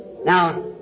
Now